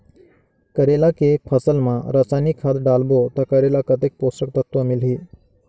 करेला के फसल मा रसायनिक खाद डालबो ता करेला कतेक पोषक तत्व मिलही?